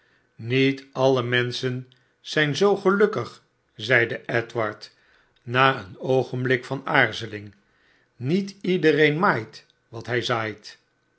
niet alie menschen zijn zoo gelukkig zeide edward na een oogenblik van aarzeling niet iedereen maait wat hij zaait